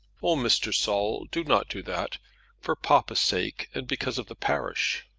oh, mr. saul, do not do that for papa's sake, and because of the parish.